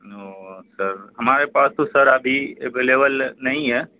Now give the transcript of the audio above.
او sir ہمارے پاس تو سر ابھی اویلیبل نہیں ہے